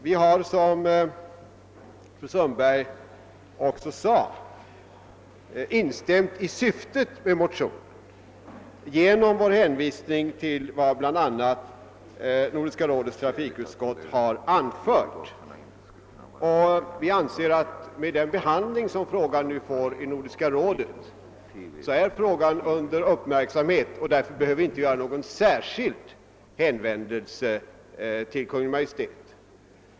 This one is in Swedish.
Vi har, som fru Sundberg också sade, instämt i syftet med motionen genom vår hänvisning till vad bl.a. Nordiska rådets trafikutskott anfört. Vi anser att frågan med den behandling som den nu får i Nordiska rådet är under uppmärksamhet och att det därför inte behöver göras någon särskild hänvändelse till Kungl. Maj:t.